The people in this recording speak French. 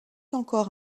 encore